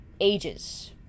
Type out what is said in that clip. ages